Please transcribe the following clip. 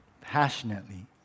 passionately